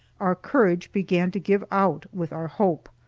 our courage began to give out with our hope.